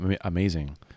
amazing